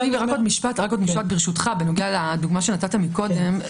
רק עוד משפט, ברשותך, בנוגע לדוגמה שנתת מקודם.